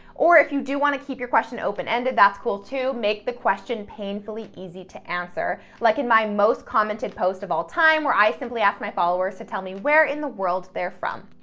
or if you do want to keep your question open-ended, that's cool too. make the question painfully easy to answer, like in my most commented post of all time, where i simply asked my followers to tell me where in the world they're from.